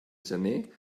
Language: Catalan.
gener